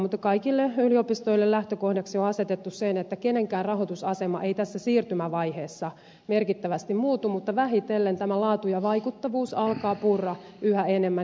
mutta kaikille yliopistoille lähtökohdaksi on asetettu se että minkään yliopiston rahoitusasema ei tässä siirtymävaiheessa merkittävästi muutu mutta vähitellen tämä laatu ja vaikuttavuus alkavat purra yhä enemmän